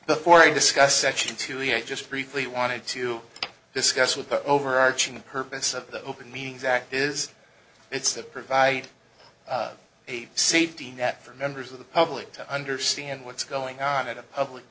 the four i discussed section two a just briefly wanted to discuss with the overarching purpose of the open meetings act is it's to provide a safety net for members of the public to understand what's going on in a public